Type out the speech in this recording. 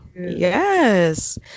yes